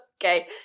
Okay